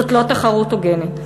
זאת לא תחרות הוגנת.